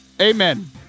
Amen